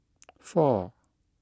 four